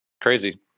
Crazy